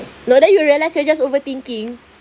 no then you realised you're just overthinking